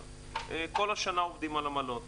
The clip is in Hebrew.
הם כל השנה עובדים על עמלות.